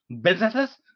businesses